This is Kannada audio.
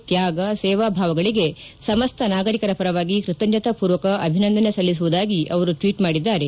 ತ್ಯಾಗ ಸೇವಾಭಾವಗಳಿಗೆ ಸಮಸ್ತ ನಾಗರಿಕರ ಪರವಾಗಿ ಕೃತಜ್ಞತಾ ಪೂರ್ವಕ ಅಭಿನಂದನೆ ಸಲ್ಲಿಸುವುದಾಗಿ ಅವರು ಟ್ವೀಟ್ ಮಾಡಿದ್ದಾರೆ